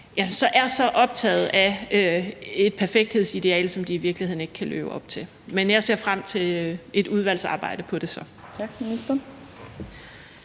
som er så optaget af et perfekthedsideal, som de i virkeligheden ikke kan leve op til. Men jeg ser frem til et udvalgsarbejde om det så.